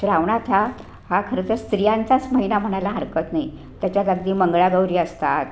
श्रावणात हा हा खरंतर स्त्रियांचाच महिना म्हणायला हरकत नाही त्याच्यात मंगळागौरी असतात